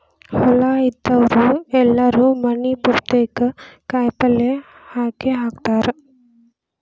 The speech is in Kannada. ಹೊಲಾ ಇದ್ದಾವ್ರು ಎಲ್ಲಾರೂ ಮನಿ ಪುರ್ತೇಕ ಕಾಯಪಲ್ಯ ಹಾಕೇಹಾಕತಾರ